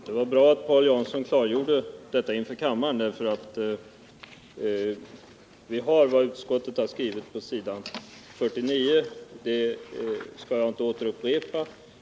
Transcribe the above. Herr talman! Det var bra att Paul Jansson klargjorde detta inför kammaren. Vad utskottet har skrivit på s. 49 skall jag inte upprepa.